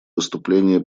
выступление